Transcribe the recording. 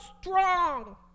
strong